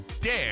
dare